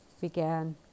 Began